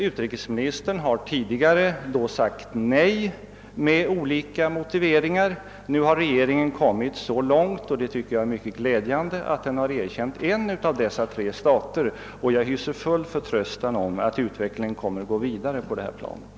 Utrikesministern har då sagt nej med olika motiveringar. Nu har regeringen kommit så långt — och det tycker jag är mycket glädjande — att den erkänt en av dessa tre stater. Och jag hyser full förtröstan om att utvecklingen kommer att gå vidare i den riktningen.